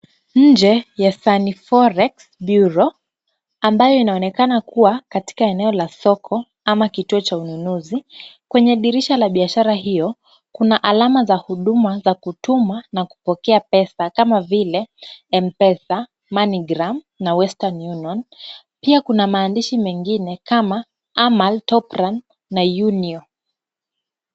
Nje ya Sunny forex bureau ambayo inaonekana kuwa katika eneo la soko ama kituo cha ununuzi. Kwenye dirisha la biashara hiyo, kuna alama za huduma za kutuma na kupokea pesa kama vile M-Pesa, MoneyGram, na Western Union . Pia kuna maandishi mengine kama Amal Top ran na Union .